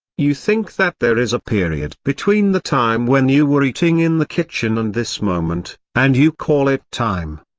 you think that there is a period between the time when you were eating in the kitchen and this moment, and you call it time.